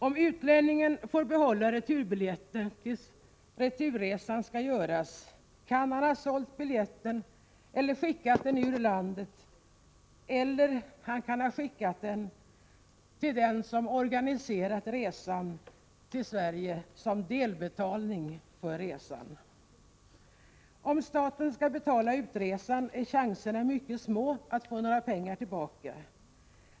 Om utlänningen får behålla returbiljetten tills returresan skall göras kan han ha sålt biljetten eller skickat den ur landet eller till den som har organiserat resan till Sverige som delbetalning för resan. Om staten skall betala utresan är chanserna mycket små att få några pengar tillbaka.